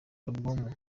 album